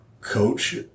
coach